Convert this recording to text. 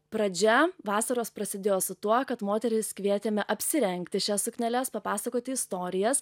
pradžia vasaros prasidėjo su tuo kad moteris kvietėme apsirengti šias sukneles papasakoti istorijas